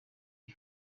iyi